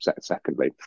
secondly